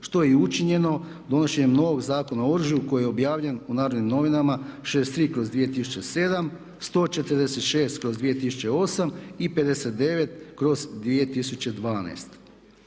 što je i učinjeno donošenjem novog Zakona o oružju koji je objavljen u Narodnim novinama 63/2007., 146/2008. i 59/2012.